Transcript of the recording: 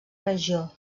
regió